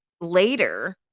later